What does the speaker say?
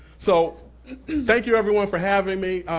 so thank you everyone for having me.